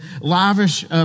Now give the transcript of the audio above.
lavish